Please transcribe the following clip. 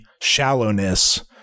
shallowness